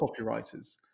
copywriters